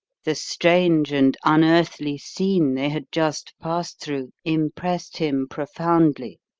the strange and unearthly scene they had just passed through impressed him profoundly.